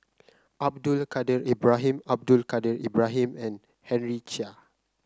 Abdul Kadir Ibrahim Abdul Kadir Ibrahim and Henry Chia